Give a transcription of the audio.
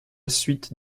suite